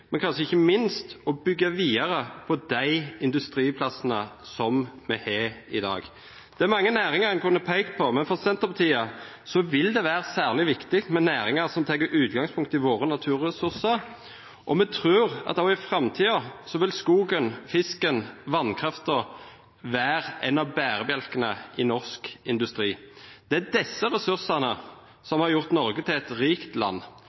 men for Senterpartiet vil det være særlig viktig med næringer som tar utgangspunkt i våre naturressurser, og vi tror at også i framtiden vil skogen, fisken og vannkraften være bærebjelker i norsk industri. Det er disse ressursene som har gjort Norge til et rikt land.